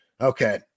okay